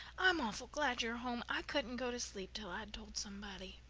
i'm awful glad you're home. i couldn't go to sleep till i'd told somebody.